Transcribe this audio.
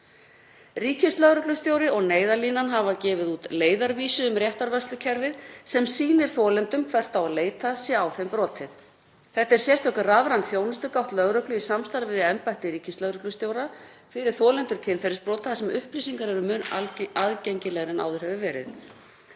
Ríkislögreglustjóri og Neyðarlínan hafa gefið út leiðarvísi um réttarvörslukerfið sem sýnir þolendum hvert á að leita sé á þeim brotið. Þetta er sérstök rafræn þjónustugátt lögreglu í samstarfi við embætti ríkislögreglustjóra fyrir þolendur kynferðisbrota þar sem upplýsingar eru mun aðgengilegri en áður hefur verið.